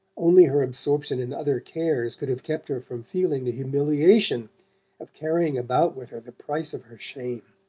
only her absorption in other cares could have kept her from feeling the humiliation of carrying about with her the price of her shame.